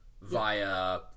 via